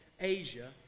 Asia